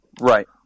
right